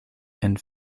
and